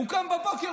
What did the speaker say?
הוא קם בבוקר,